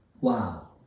Wow